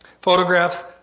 Photographs